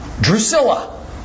Drusilla